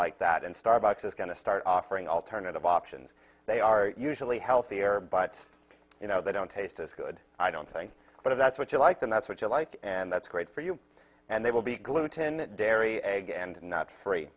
like that and starbucks is going to start offering alternative options they are usually healthier but you know they don't taste as good i don't think but if that's what you like and that's what you like and that's great for you and they will be gluten dairy egg and not